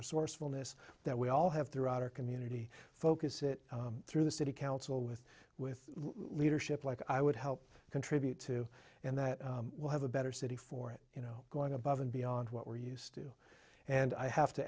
resourcefulness that we all have throughout our community focus it through the city council with with leadership like i would help contribute to and that we'll have a better city for it you know going above and beyond what we're used to and i have to